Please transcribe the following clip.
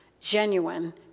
genuine